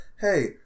Hey